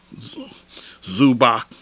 Zubak